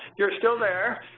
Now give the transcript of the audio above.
you're still there.